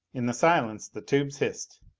in the silence, the tubes hissed.